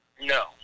No